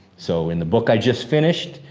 so, in the book i just finished,